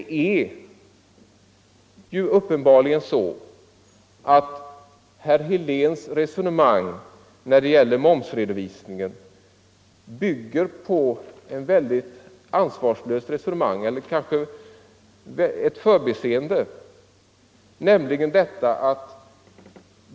Vad herr Helén säger när det gäller momsredovisningen bygger på ett ansvarslöst resonemang eller åtminstone på ett förbiseende.